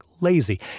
lazy